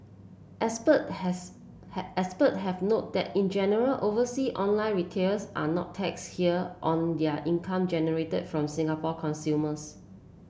expert has expert have noted that in general oversea online retailers are not taxed here on their income generated from Singapore consumers